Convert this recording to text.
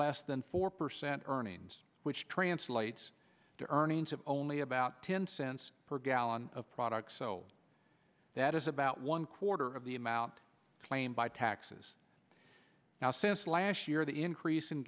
less than four percent earnings which translates to earnings of only about ten cents per gallon of product so that is about one quarter of the him out claimed by taxes now since last year the increase in